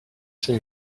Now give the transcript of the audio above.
c’est